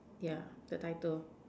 yeah the title